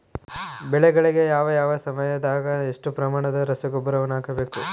ಬೆಳೆಗಳಿಗೆ ಯಾವ ಯಾವ ಸಮಯದಾಗ ಎಷ್ಟು ಪ್ರಮಾಣದ ರಸಗೊಬ್ಬರವನ್ನು ಹಾಕಬೇಕು?